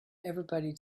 everybody